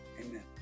amen